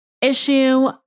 issue